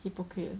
hypocrite